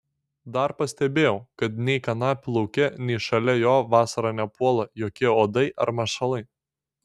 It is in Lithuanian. dar pastebėjau kad nei kanapių lauke nei šalia jo vasarą nepuola jokie uodai ar mašalai